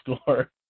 score